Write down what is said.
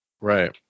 Right